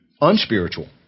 unspiritual